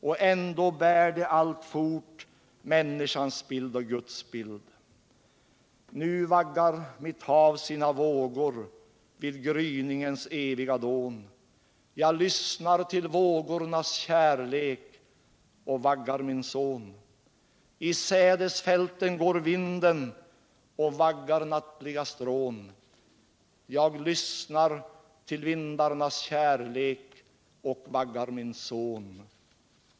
Och ändå bär det alltfort människans bild och Guds bild! Nu vaggar mitt hav sina vågor vid gryningens eviga dån. Jag lyssnar till vågornas kärlek och vaggar min son. och vaggar nattliga strån. Jag lyssnar till vindarnas kärlek och vaggar min son.